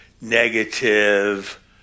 negative